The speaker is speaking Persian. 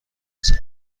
بزن